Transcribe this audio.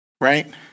right